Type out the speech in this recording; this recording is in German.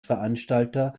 veranstalter